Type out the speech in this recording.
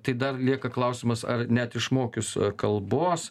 tai dar lieka klausimas ar net išmokius kalbos